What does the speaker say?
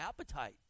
appetite